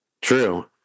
True